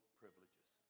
privileges